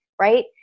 right